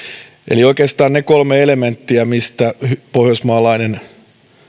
eli oikeastaan ne kolme elementtiä mistä pohjoismaalainen